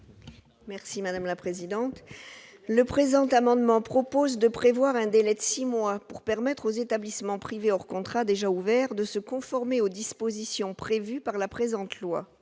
Mme Françoise Laborde. Cet amendement vise à prévoir un délai de six mois pour permettre aux établissements privés hors contrat déjà ouverts de se conformer aux dispositions prévues par la présente